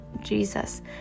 Jesus